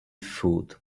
food